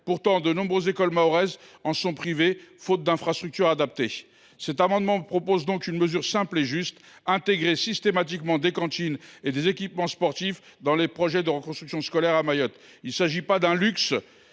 Pourtant, de nombreuses écoles mahoraises en sont privées, faute d’infrastructures adaptées. Nous proposons donc une mesure simple et juste : intégrer systématiquement des cantines et des équipements sportifs dans les projets de reconstruction scolaire à Mayotte. Il s’agit non pas d’un luxe,